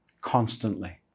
constantly